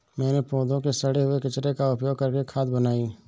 मैंने पौधों के सड़े हुए कचरे का उपयोग करके खाद बनाई